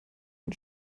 ein